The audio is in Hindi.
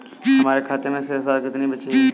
हमारे खाते में शेष राशि कितनी बची है?